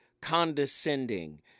condescending